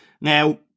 now